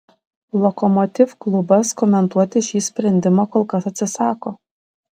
lokomotiv klubas komentuoti šį sprendimą kol kas atsisako